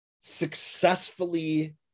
successfully